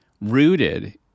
rooted